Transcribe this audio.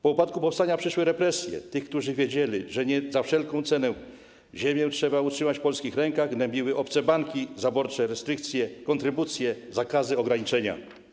Po upadku powstania przyszły represje - tych, którzy wiedzieli, że za wszelką cenę ziemię trzeba utrzymać w polskich rękach, gnębiły obce banki, zaborcze restrykcje, kontrybucje, zakazy, ograniczenia.